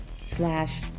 slash